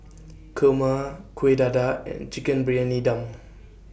Kurma Kuih Dadar and Chicken Briyani Dum